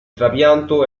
trapianto